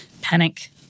Panic